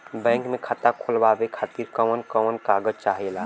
Bank मे खाता खोलवावे खातिर कवन कवन कागज चाहेला?